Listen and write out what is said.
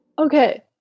Okay